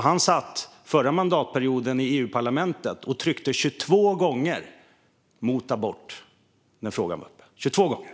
Han satt förra mandatperioden i Europaparlamentet och tryckte 22 gånger mot abort när frågan var uppe - 22!